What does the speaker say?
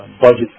budget